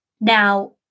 Now